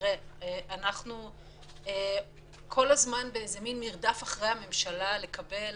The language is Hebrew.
אנחנו כל הזמן באיזה מין מרדף אחרי הממשלה לקבל